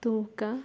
ತೂಕ